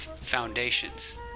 foundations